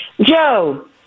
Joe